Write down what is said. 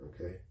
Okay